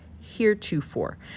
heretofore